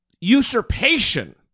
usurpation